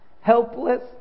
helpless